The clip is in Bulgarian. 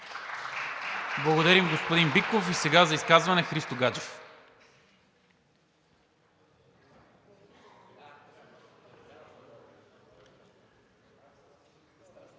Благодаря, господин Биков. За изказване – Христо Гаджев.